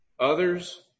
Others